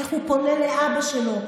איך הוא פונה לאבא שלו.